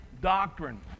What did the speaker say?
doctrine